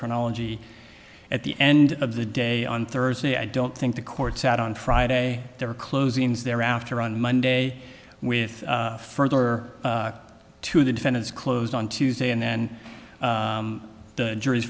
chronology at the end of the day on thursday i don't think the court sat on friday or closings thereafter on monday with further or to the defendants closed on tuesday and then the jury's